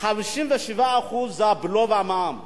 57% זה הבלו והמע"מ.